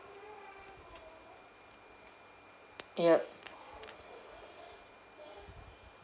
yup